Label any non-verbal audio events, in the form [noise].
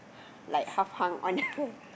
like half hung on the [laughs]